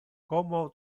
como